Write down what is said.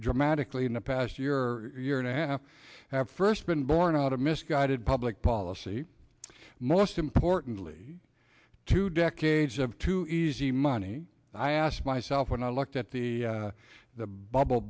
dramatically in the past year year and a half have first been borne out of misguided public policy most importantly two decades of too easy money i ask myself when i looked at the the bubble